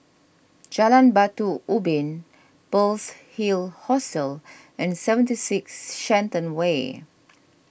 Jalan Batu Ubin Pearl's Hill Hostel and seventy six Shenton Way